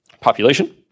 population